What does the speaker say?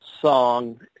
song